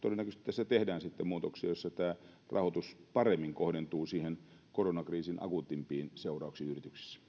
tässä tehdään sitten muutoksia joissa tämä rahoitus paremmin kohdentuu koronakriisin akuuteimpiin seurauksiin